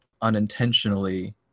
unintentionally